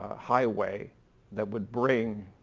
highway that would bring